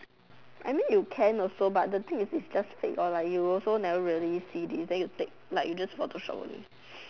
I mean you can also but the thing is it's just fake lor you also never really see this then you like you just Photoshop only